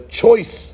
choice